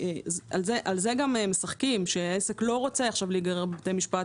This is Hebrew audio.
ועל זה הם משחקים; העסק לא רוצה להיגרר לבתי משפט